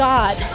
God